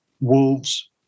Wolves